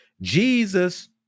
Jesus